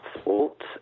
sport